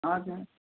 हजुर